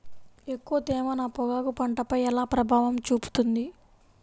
ఎక్కువ తేమ నా పొగాకు పంటపై ఎలా ప్రభావం చూపుతుంది?